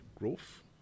Growth